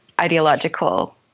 ideological